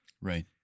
Right